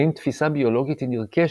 האם תפיסה ביולוגית היא נרכשת,